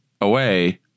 away